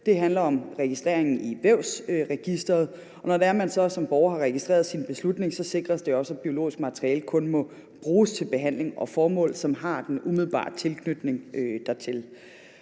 Det handler om registrering i Vævsanvendelsesregisteret, og når det er, man så som borger har registreret sin beslutning, sikres det også, at biologisk materiale kun må bruges til behandling og formål, som har en umiddelbar tilknytning dertil.